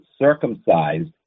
circumcised